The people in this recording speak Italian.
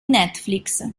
netflix